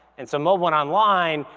and so mobile and online,